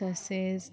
तसेच